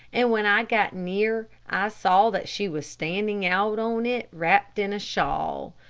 and when i got near i saw that she was standing out on it wrapped in a shawl.